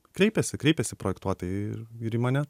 kreipiasi kreipiasi projektuotojai ir ir į mane